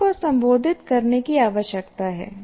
तीनों को संबोधित करने की आवश्यकता है